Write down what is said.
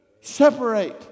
separate